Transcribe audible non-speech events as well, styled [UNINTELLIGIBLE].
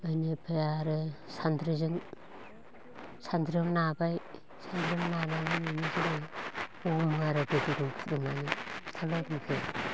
इनिफ्राय आरो सानद्रिजों सानद्रियाव नाबाय सानद्रियाव नानानै [UNINTELLIGIBLE] दै गुदुं फुदुंनानै